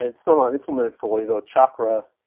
and it's still not implemented fully, though chakra,